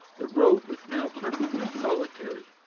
the road was, now perfectly solitary.